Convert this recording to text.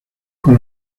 con